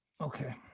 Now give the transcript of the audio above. Okay